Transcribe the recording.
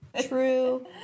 True